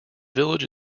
village